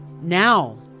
now